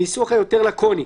הניסוח היותר לקוני: